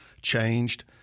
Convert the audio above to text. changed